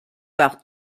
par